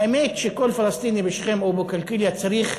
האמת היא שכל פלסטיני בשכם או בקלקיליה צריך,